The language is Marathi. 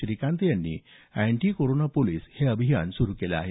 श्रीकांत यांनी अँटीकोरोना पोलिस हे अभियान सुरू केलं आहे